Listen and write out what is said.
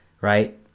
right